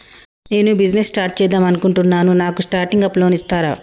నేను business start చేద్దామనుకుంటున్నాను నాకు స్టార్టింగ్ అప్ లోన్ ఇస్తారా?